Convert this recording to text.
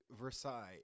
Versailles